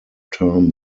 term